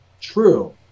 True